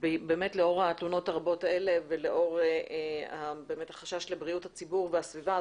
לאור התלונות הרבות האלה ולאור החשש לבריאות הציבור והסביבה,